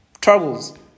troubles